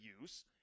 use